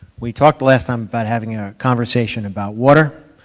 we talked last time about having a conversation about water.